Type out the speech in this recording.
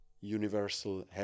universal